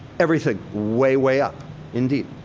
everything way, way up indeed.